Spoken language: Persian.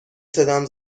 صدام